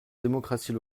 démocratie